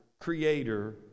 Creator